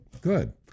Good